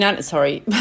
sorry